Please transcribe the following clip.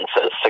says